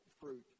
fruit